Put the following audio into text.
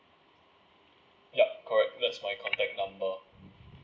yup correct that's my contact number